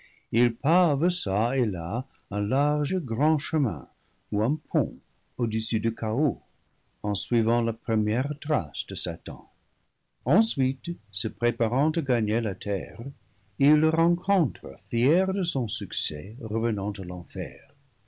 çà et là un large grand chemin ou un pont au-dessus du chaos en suivant la première trace de satan ensuite se préparant à gagner la terre ils le rencontrent fier de son succès revenante l'enfer